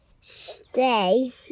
stay